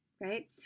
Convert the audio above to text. right